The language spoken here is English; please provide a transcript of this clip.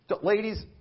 ladies